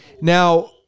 Now